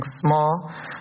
small